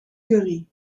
curry